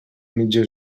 mitja